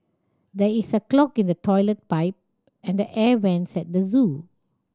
there is a clog in the toilet pipe and the air vents at the zoo